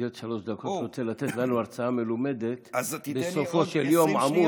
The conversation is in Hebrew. במסגרת שלוש דקות אתה רוצה לתת לנו הרצאה מלומדת בסופו של יום עמוס,